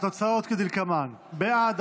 התוצאות כדלקמן: בעד,